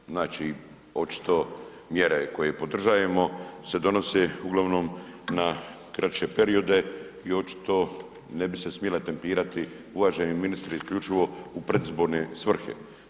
Evo, znači očito mjere koje podržajemo se donose uglavnom na kraće periode i očito ne bi se smile tempirati, uvaženi ministri, isključivo u predizborne svrhe.